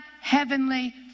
heavenly